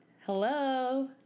Hello